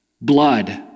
blood